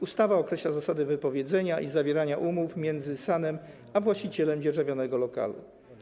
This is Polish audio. Ustawa określa zasady wypowiadania i zawierania umów między SAN a właścicielami dzierżawionych lokali.